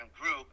group